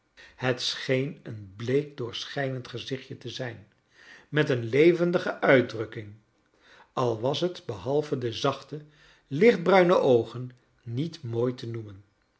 het scheen een bleek doorschijnend gezichtje te zijn met een levendige uitdrukking al was het behalve de zachte lichtbruiue oogen niet mooi te noemen